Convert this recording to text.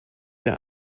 der